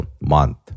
month